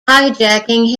hijacking